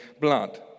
blood